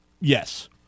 Yes